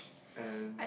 and